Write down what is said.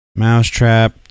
Mousetrap